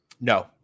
No